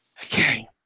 Okay